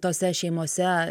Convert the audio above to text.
tose šeimose